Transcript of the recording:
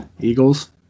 Eagles